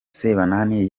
sebanani